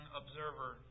observer